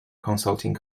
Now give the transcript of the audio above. consulting